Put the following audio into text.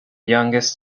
youngest